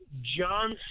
John